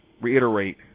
reiterate